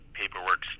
paperwork